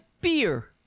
beer